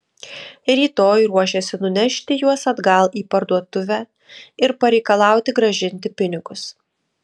rytoj ruošėsi nunešti juos atgal į parduotuvę ir pareikalauti grąžinti pinigus